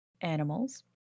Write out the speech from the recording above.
animals